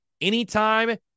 anytime